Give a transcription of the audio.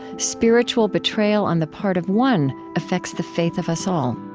spiritual betrayal on the part of one affects the faith of us all.